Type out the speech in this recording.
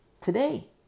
today